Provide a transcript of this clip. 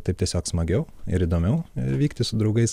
taip tiesiog smagiau ir įdomiau vykti su draugais